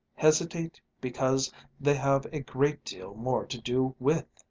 hesitate because they have a great deal more to do with.